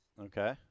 Okay